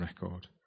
record